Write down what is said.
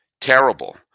terrible